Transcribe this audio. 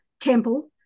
temple